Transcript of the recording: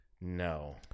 No